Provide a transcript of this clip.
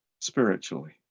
spiritually